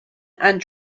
and